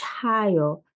child